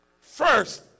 first